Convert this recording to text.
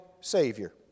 Savior